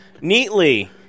neatly